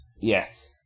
yes